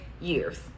years